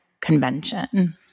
convention